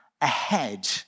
ahead